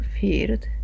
field